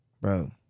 Bro